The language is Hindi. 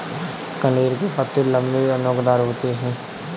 कनेर के पत्ते लम्बे, नोकदार होते हैं